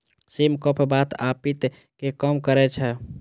सिम कफ, बात आ पित्त कें कम करै छै